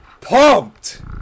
pumped